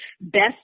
best